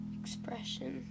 expression